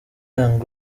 young